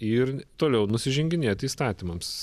ir toliau nusiženginėti įstatymams